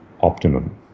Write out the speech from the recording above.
optimum